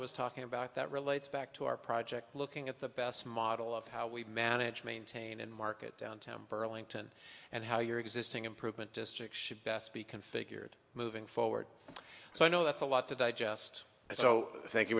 was talking about that relates back to our project looking at the best model of how we manage maintain and market downtown burlington and how your existing improvement district should best be configured moving forward so i know that's a lot to digest so thank you